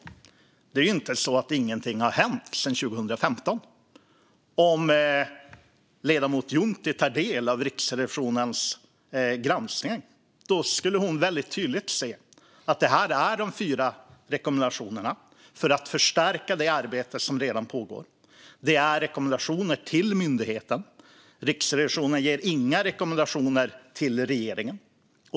Det är inte så att ingenting har hänt sedan 2015. Om ledamoten Juntti tar del av Riksrevisionens granskning ser hon tydligt att det här är de fyra rekommendationerna för att förstärka det arbete som redan pågår. Det är rekommendationer till myndigheten. Riksrevisionen ger inga rekommendationer till regeringen.